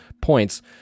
points